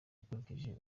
ukurikije